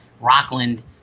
rockland